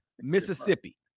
Mississippi